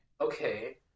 Okay